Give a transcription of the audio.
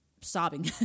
sobbing